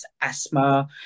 asthma